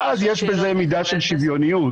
ואז יש בזה מידה של שוויוניות.